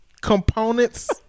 components